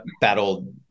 battle